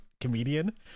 comedian